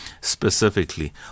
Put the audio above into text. Specifically